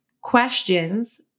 questions